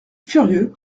furieux